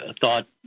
thought